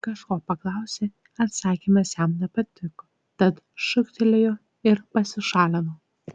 kažko paklausė atsakymas jam nepatiko tad šūktelėjo ir pasišalino